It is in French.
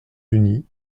unis